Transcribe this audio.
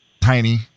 tiny